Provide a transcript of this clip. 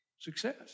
Success